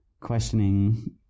questioning